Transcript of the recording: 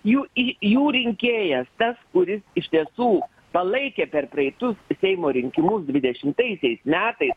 jų į jų rinkėjas tas kuris iš tiesų palaikė per praeitus seimo rinkimus dvidešimtaisiais metais